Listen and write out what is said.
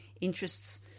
interests